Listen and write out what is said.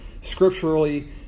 scripturally